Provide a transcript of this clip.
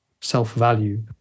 self-value